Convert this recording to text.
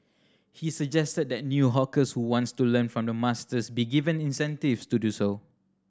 he suggested that the new hawkers who want to learn from the masters be given incentives to do so